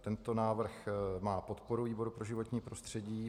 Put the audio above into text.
Tento návrh má podporu výboru pro životní prostředí.